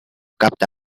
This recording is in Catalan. capta